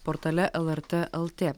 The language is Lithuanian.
portale lrt el t